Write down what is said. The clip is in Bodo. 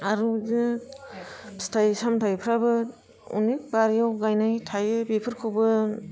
आरो बिदिनो फिथाइ सामथाइफ्राबो अनेख बारियाव गाइनाय थायो बेफोरखौबो